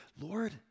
Lord